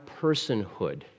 personhood